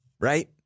right